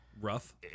Rough